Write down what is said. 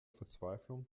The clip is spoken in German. verzweiflung